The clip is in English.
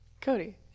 Cody